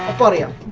ah body of